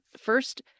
First